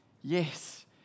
yes